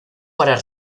para